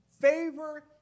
Favor